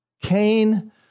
Cain